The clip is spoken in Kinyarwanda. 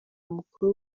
mukuru